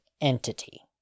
entity